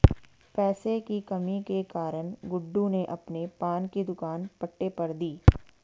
पैसे की कमी के कारण गुड्डू ने अपने पान की दुकान पट्टे पर दी